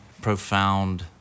profound